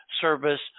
service